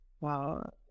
Wow